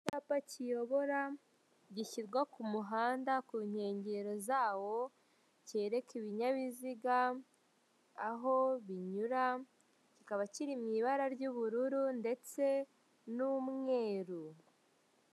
Icyapa kiyobora gishyirwa ku muhanda kunkengero zawo kereka ibinyabziga aho binyura, kikaba kiri mu ibara ry'ubururu ndetse n'umweru.